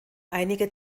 einige